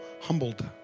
humbled